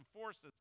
forces